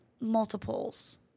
multiples